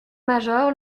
major